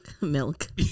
Milk